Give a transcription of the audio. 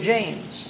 James